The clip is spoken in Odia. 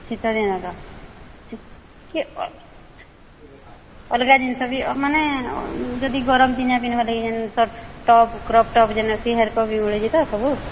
ଶୀତ ଦିନର କି ଅଲଗା ଜିନିଷ ବି ମାନେ ଯଦି ଗରମ ଦିନିଆ ବି ଦିନ ବୋଲେ ସଟ୍ ଟପ କ୍ରପ୍ ଟପ୍ ଅଛି ଧରିକା ବି ମିଳୁଛି ତ ସବୁ